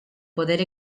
poder